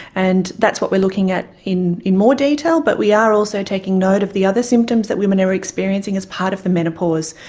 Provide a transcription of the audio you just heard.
and that's what we are looking at in in more detail but we are also taking note of the other symptoms that women are experiencing as part of the menopause,